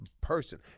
person